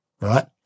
right